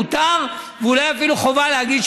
מותר ואולי אפילו חובה להגיד,